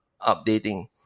updating